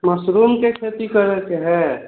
मशरूमके खेती करऽके हए